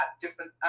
different